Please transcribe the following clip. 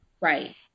Right